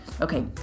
Okay